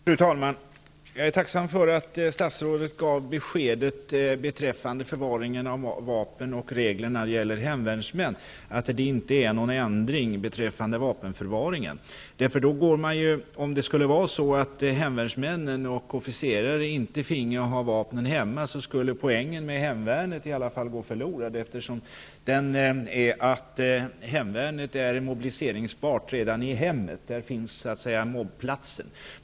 Fru talman! Jag är tacksam för att statsrådet gav beskedet beträffande hemvärnsmän och förvaring av vapen att det inte blir någon ändring i reglerna. Om hemvärnsmän och officerare inte finge ha vapnen hemma skulle åtminstone poängen med hemvärnet gå förlorad. Hemvärnet skall vara mobiliseringsbart redan i hemmet. Där finns mobplatsen.